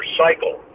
cycle